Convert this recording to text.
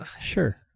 Sure